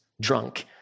drunk